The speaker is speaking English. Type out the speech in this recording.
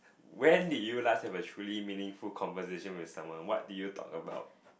when did you last have a truly meaningful conversation with someone what did you talk about